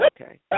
okay